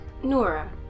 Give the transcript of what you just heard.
Nora